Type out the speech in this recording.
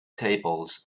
tables